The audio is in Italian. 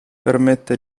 permette